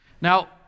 Now